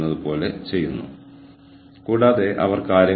ഇപ്പോൾ ഇവയാണ് സുസ്ഥിരതയുടെ വ്യത്യസ്ത വ്യാഖ്യാനങ്ങൾ